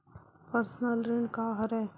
Personal ऋण का हरय?